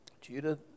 Judah